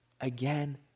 again